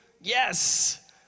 Yes